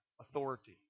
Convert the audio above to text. authority